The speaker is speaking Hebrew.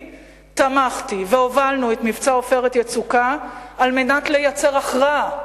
תמכתי והובלנו את מבצע "עופרת יצוקה" על מנת לייצר הכרעה,